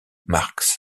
marx